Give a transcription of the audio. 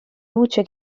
luce